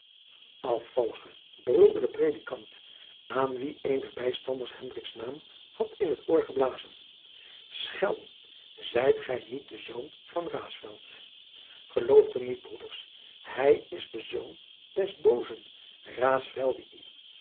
afvallige brulde de predikant aan wien een der bijstanders hendriks naam had in t oor geblazen schelm zijt gij niet de zoon van elooft hem niet broeders hij is de zoon des boozen